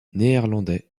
néerlandais